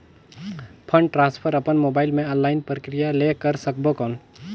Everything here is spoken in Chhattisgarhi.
फंड ट्रांसफर अपन मोबाइल मे ऑनलाइन प्रक्रिया ले कर सकबो कौन?